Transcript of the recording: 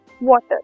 water